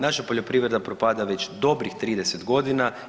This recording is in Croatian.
Naša poljoprivreda propada već dobrih 30 godina.